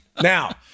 Now